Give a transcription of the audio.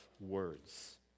words